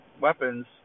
weapons